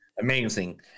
amazing